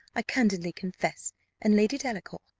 i candidly confess and lady delacour,